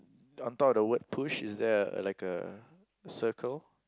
on top of the word push is there a like a a circle